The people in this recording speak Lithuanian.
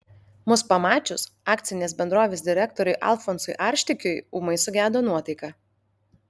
mus pamačius akcinės bendrovės direktoriui alfonsui arštikiui ūmai sugedo nuotaika